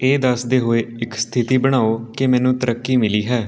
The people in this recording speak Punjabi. ਇਹ ਦੱਸਦੇ ਹੋਏ ਇੱਕ ਸਥਿਤੀ ਬਣਾਓ ਕਿ ਮੈਨੂੰ ਤਰੱਕੀ ਮਿਲੀ ਹੈ